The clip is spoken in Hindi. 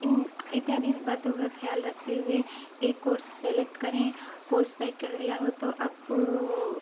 इन इत्यादि बातों का ख्याल रखते हुए एक कोर्स सेलेक्ट करें कोर्स सेलेक्ट कर लिया हो तो अप